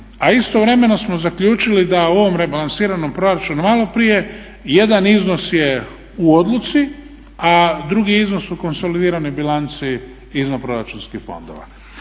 a istovremeno smo zaključili da u ovom rebalansiranom proračunu maloprije jedan iznos je u odluci, a drugi je iznos u konsolidiranoj bilanci izvanproračunskih fondova.